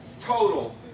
Total